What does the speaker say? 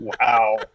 Wow